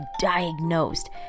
diagnosed